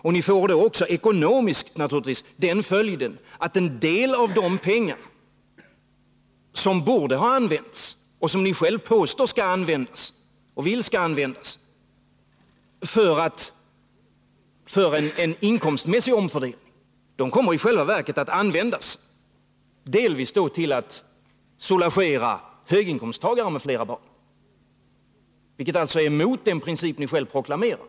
Det får då ekonomiskt den följden att en del av de pengar som borde ha använts och som ni själva påstår att ni vill skall användas till en inkomstmässig omfördelning i själva verket Nr 159 kommer att användas delvis till att soulagera höginkomsttagare med flera Torsdagen den barn, vilket alltså är emot den princip som ni själva proklamerar.